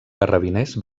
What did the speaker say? carrabiners